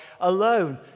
alone